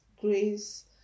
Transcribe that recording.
grace